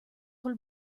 col